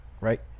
right